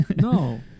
No